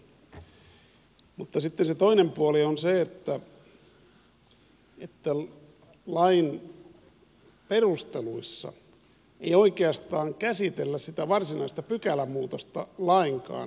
sinne jäävät lääketieteelliset perusteet mutta sitten se toinen puoli on se että lain perusteluissa ei oikeastaan käsitellä sitä varsinaista pykälämuutosta lainkaan